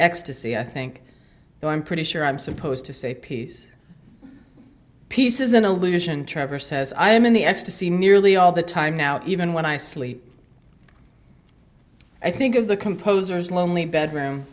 ecstasy i think but i'm pretty sure i'm supposed to say peace peace is an illusion trevor says i am in the ecstasy nearly all the time now even when i sleep i think of the composer's lonely bed room